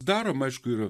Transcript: daroma aišku ir